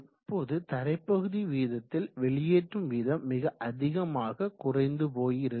இப்போது தரைப்பகுதி வீதத்தில் வெளியேற்றும் வீதம் மிக அதிகமாக குறைந்து போயிருக்கும்